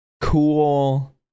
cool